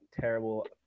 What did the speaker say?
terrible